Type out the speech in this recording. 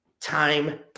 time